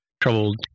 troubled